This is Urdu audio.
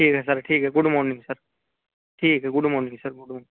ٹھیک ہے سر ٹھیک ہے سر گڈ مارننگ سر ٹھیک ہے good morning sir good morning